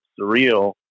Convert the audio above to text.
surreal